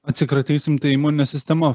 atsikratysim imuninė sistema